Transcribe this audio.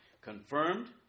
confirmed